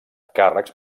càrrecs